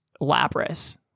Lapras